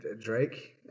Drake